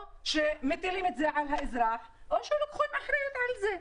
או שמטילים את זה על האזרח או שלוקחים אחריות על זה.